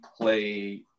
play